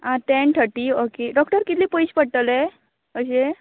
आं ten thirty okay doctor कितले पयशें पडटले अशें